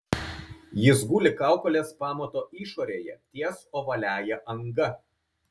jis guli kaukolės pamato išorėje ties ovaliąja anga